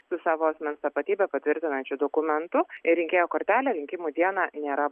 su savo asmens tapatybę patvirtinančiu dokumentu rinkėjo kortelė rinkimų dieną nėra